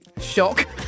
Shock